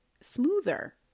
smoother